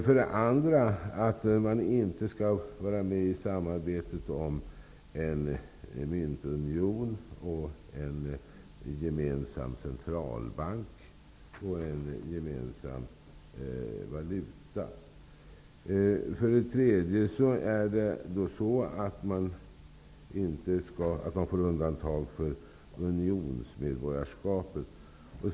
För det andra gäller det att man inte skall vara med i samarbetet om en myntunion, en gemensam centralbank och en gemensam valuta. För det tredje gäller det undantag för unionsmedborgarskapet.